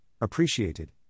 appreciated